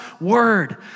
word